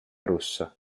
rossa